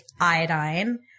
iodine